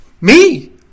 Me